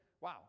Wow